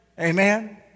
Amen